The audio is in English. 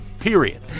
period